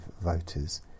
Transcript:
voters